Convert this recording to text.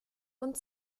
und